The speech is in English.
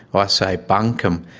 ah say bunkum,